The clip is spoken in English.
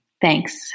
Thanks